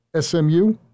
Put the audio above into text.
SMU